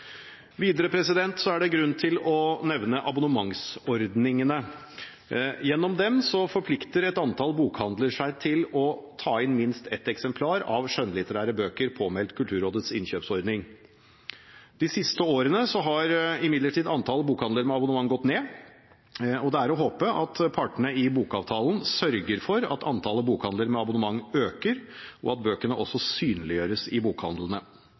Videre er det grunn til å nevne abonnementsordningene. Gjennom dem forplikter et antall bokhandler seg til å ta inn minst ett eksemplar av skjønnlitterære bøker påmeldt Kulturrådets innkjøpsordning. De siste årene har imidlertid antall bokhandler med abonnement gått ned. Det er å håpe at partene i bokavtalen sørger for at antallet bokhandler med abonnement øker, og at bøkene også synliggjøres i bokhandlene.